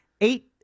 eight